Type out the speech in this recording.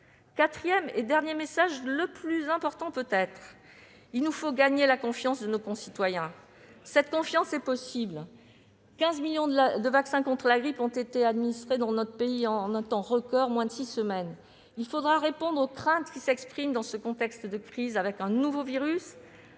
Quatrièmement, et surtout, il nous faut gagner la confiance de nos concitoyens. Cette confiance est possible : quelque 15 millions de vaccins contre la grippe ont été administrés dans notre pays en un temps record, à savoir moins de six semaines ! Il faudra répondre aux craintes qui s'expriment dans ce contexte de crise avec un nouveau virus,